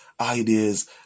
ideas